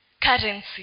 Currency